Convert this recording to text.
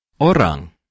Orang